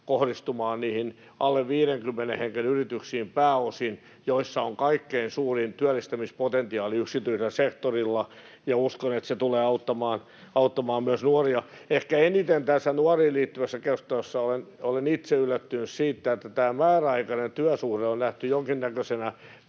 nimenomaan niihin alle 50 hengen yrityksiin, joissa on kaikkein suurin työllistämispotentiaali yksityisellä sektorilla. Uskon, että se tulee auttamaan myös nuoria. Ehkä eniten tässä nuoriin liittyvässä keskustelussa olen itse yllättynyt siitä, että määräaikainen työsuhde on nähty jonkinnäköisenä